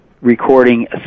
Recording